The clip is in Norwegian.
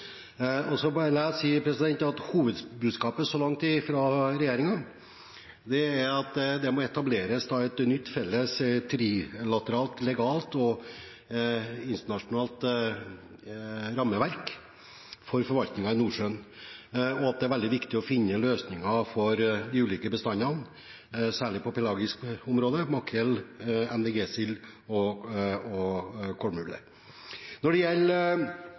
Så vil jeg si at hovedbudskapet så langt fra regjeringen er at det må etableres et nytt, felles trilateralt legalt og internasjonalt rammeverk for forvaltningen i Nordsjøen, og at det er veldig viktig å finne løsninger for de ulike bestandene, særlig på det pelagiske området, for makrell, norsk vårgytende sild og kolmule. Når det gjelder